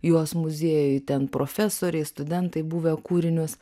juos muziejui ten profesoriai studentai buvę kūrinius